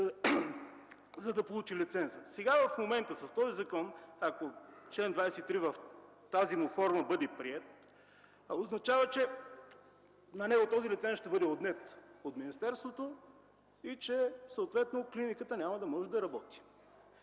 за да получи лиценза. В момента с този закон, ако чл. 23 в тази му форма бъде приет, означава, че на него този лиценз ще му бъде отнет от министерството и съответно клиниката няма да може да работи.